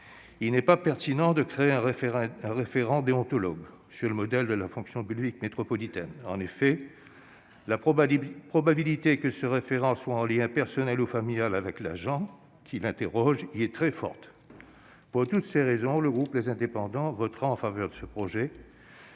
il n'est pas pertinent d'y créer un référent déontologue sur le modèle de la fonction publique métropolitaine. En effet, la probabilité que ce référent ait un lien personnel ou familial avec l'agent qu'il interroge est très forte. Pour toutes ces raisons, les élus du groupe Les Indépendants voteront ce projet